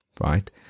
right